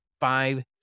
five